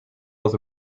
was